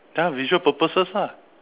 ya visual purposes lah